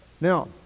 Now